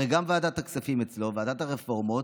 הרי גם ועדת הכספים אצלו, ועדת הרפורמות,